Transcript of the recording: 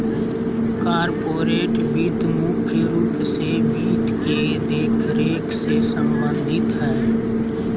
corporate वित्त मुख्य रूप से वित्त के देखरेख से सम्बन्धित हय